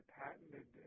patented